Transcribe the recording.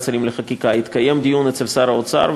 שרים לחקיקה התקיים דיון אצל שר האוצר,